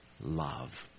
love